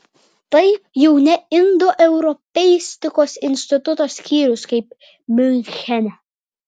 tai jau ne indoeuropeistikos instituto skyrius kaip miunchene